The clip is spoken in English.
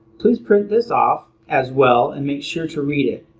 please print this off as well and make sure to read it.